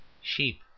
Sheep